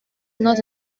not